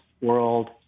world